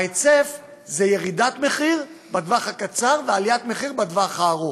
ההיצף זה ירידת מחיר בטווח הקצר ועליית מחיר בטווח הארוך.